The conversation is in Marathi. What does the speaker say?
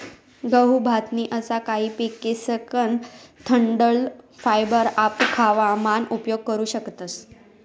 गहू, भात नी असा काही पिकेसकन डंठल फायबर आपू खावा मान उपयोग करू शकतस